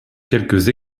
quelques